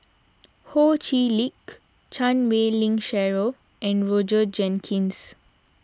Ho Chee Lick Chan Wei Ling Cheryl and Roger Jenkins